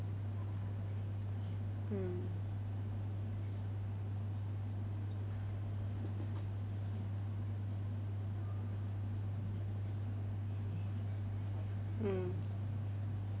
mm mm